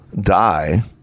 die